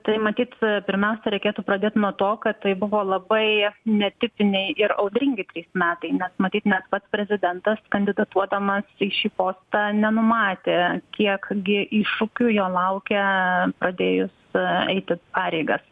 tai matyt pirmiausia reikėtų pradėt nuo to kad tai buvo labai netipiniai ir audringi trys metai nes matyt net pats prezidentas kandidatuodamas į šį postą nenumatė kiek gi iššūkių jo laukia pradėjus eiti pareigas